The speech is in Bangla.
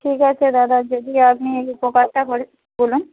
ঠিক আছে দাদা যদি আপনি এই উপকারটা করেন বলুন